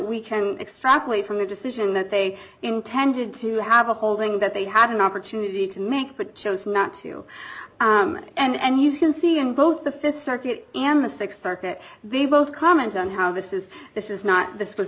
we can extrapolate from the decision that they intended to have a holding that they had an opportunity to make but chose not to and you can see in both the th circuit and the th circuit they both comment on how this is this is not this was